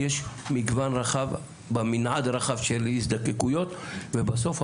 כי יש מגוון רחב במנעד הרחב של הזדקקויות ובסוף,